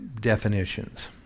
definitions